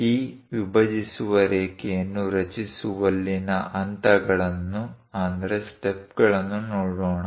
ಈ ವಿಭಜಿಸುವ ರೇಖೆಯನ್ನು ರಚಿಸುವಲ್ಲಿನ ಹಂತಗಳನ್ನು ನೋಡೋಣ